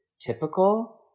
typical